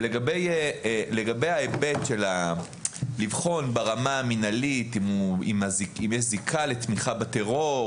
לגבי ההיבט של לבחון ברמה המנהלית אם יש זיקה לתמיכה בטרור,